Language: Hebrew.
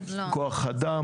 כוח אדם.